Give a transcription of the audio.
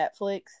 Netflix